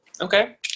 okay